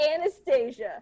Anastasia